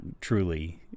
truly